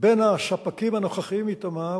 בין הספקים הנוכחיים מ"תמר",